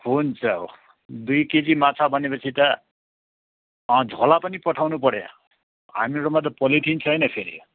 हुन्छ दुई केजी माछा भनेपछि त झोला पनि पठाउनुपऱ्यो हामीहरूमा त पोलिथिन छैन फेरि